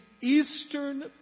eastern